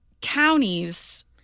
counties